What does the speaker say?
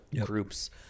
group's